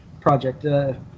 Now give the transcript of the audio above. project